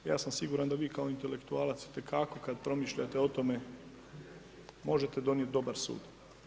Ja sam siguran da vi kao intelektualac itekako kad promišljate o tome možete donijeti dobar sud.